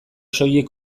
soilik